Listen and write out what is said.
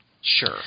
sure